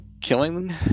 killing